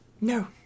No